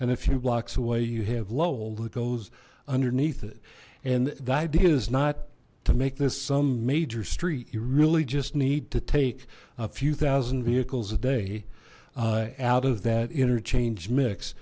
and a few blocks away you have lowell that goes underneath it and the idea is not to make this some major street you really just need to take a few thousand vehicles a day out of that interchange mix